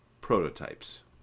Prototypes